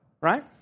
right